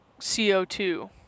co2